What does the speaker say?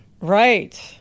Right